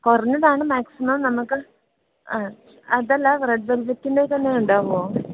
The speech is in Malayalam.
കുറഞ്ഞതാണ് മാക്സിമം നമുക്ക് ആഹ് അതല്ല റെഡ് വെല്വറ്റിന്റെ തന്നെയുണ്ടാവുമോ